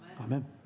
Amen